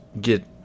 get